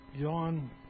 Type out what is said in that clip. John